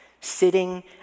sitting